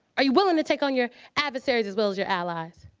are you willing to take on your adversaries as well as your allies,